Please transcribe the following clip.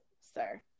sir